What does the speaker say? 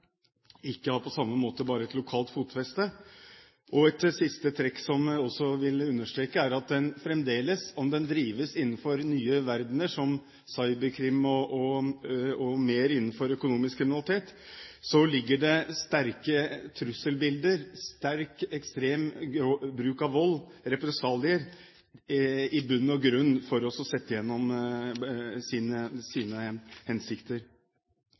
på samme måte bare har et lokalt fotfeste. Et siste trekk som jeg også vil understreke, er at det i kriminaliteten fremdeles, om den drives innenfor nye verdener, innenfor cyberkrim og innenfor økonomisk kriminalitet, ligger sterke trusselbilder, ekstrem bruk av vold og represalier, i bunnen for å oppnå en hensikt. Fordi dette trusselbildet er så sterkt, er det viktig å